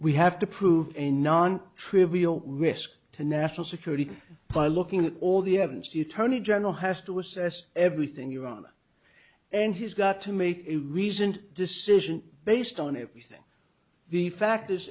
we have to prove a non trivial risk to national security by looking at all the evidence the attorney general has to assess everything you run and he's got to make a reasoned decision based on everything the fact